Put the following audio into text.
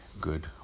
good